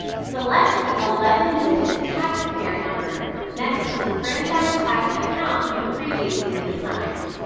select the eleven digit taxpayer number next to the franchise tax account you previously assigned.